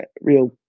real